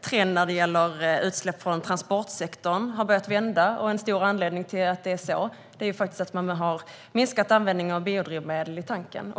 trenden för utsläpp från transportsektorn har börjat vända. En viktig anledning till detta är att man har minskat användningen av biodrivmedel i tanken.